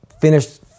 finished